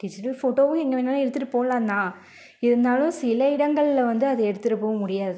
digital ஃபோட்டோவும் எங்கே வேணாலும் எடுத்துட்டு போகலான் தான் இருந்தாலும் சில இடங்களில் வந்து அதை எடுத்துகிட்டு போக முடியாது